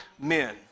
men